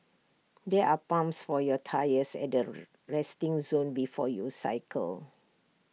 there are pumps for your tyres at the resting zone before you cycle